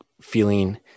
feeling